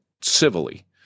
civilly